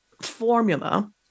formula